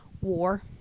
War